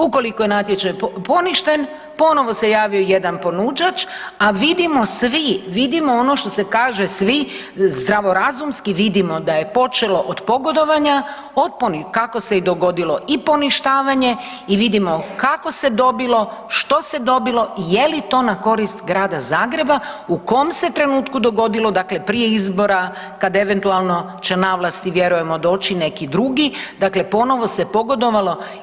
Ukoliko je natječaj poništen, ponovo se javio jedan ponuđač, a vidimo svi, vidimo ono što se kaže svi, zdravorazumski vidimo da je počelo od pogodovanja, kako se i dogodilo i poništavanje i vidimo kako se dobilo, što se dobilo i je li to na korist Grada Zagreba, u kom se trenutku dogodilo, dakle prije izbora kad eventualno će na vlasti vjerujemo doći neki drugi, dakle ponovo se pogodovalo.